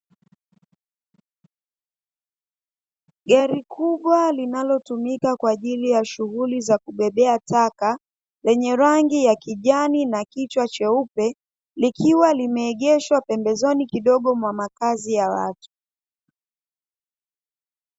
Gari kubwa linalotumika kwa ajili ya shughuli za kubebea taka; lenye rangi ya kijani na kichwa cheupe, likiwa limeegeshwa pembezoni kidogo mwa makazi ya watu.